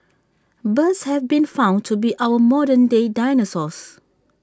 birds have been found to be our modern day dinosaurs